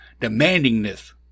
demandingness